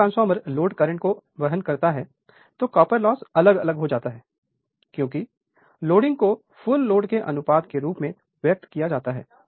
जब transformer load current को वहन करता है तो कॉपर लॉस अलग अलग हो जाता है क्योंकि लोडिंग को फुल लोड के अनुपात के रूप में व्यक्त किया जाता है